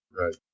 Right